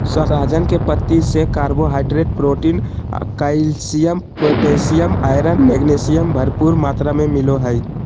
सहजन के पत्ती से carbohydrate, protein, calcium, potassium, iron, magnesium, भरपूर मात्रा में मिलो हइ